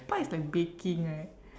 pie is like baking right